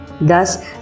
thus